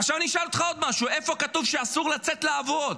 עכשיו אשאל אותך עוד משהו: איפה כתוב שאסור לצאת לעבוד?